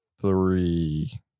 three